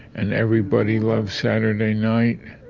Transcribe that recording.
and everybody loves saturday night.